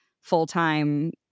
full-time